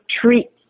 treat